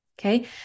okay